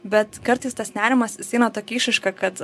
bet kartais tas nerimas jis eina tokia išraiška kad